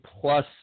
plus